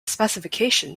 specification